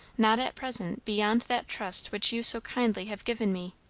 not at present, beyond that trust which you so kindly have given me.